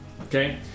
Okay